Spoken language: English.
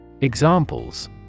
Examples